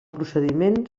procediment